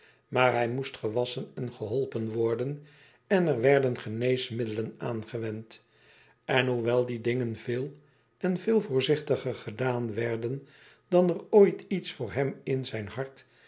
maar hij moest gewasschen en geholpen worden en er werden geneesmiddelen aangewend en hoewel die dingen veel en veel voorzichtiger gedaan werden dan er ooit iets voor hem in zijn hard